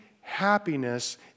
happiness